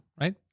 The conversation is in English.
right